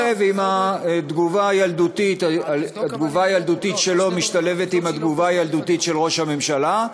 והתגובה הילדותית שלו משתלבת עם התגובה הילדותית של ראש הממשלה,